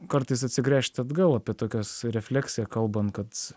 kartais atsigręžt atgal apie tokias refleksija kalbant kad